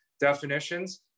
definitions